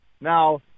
Now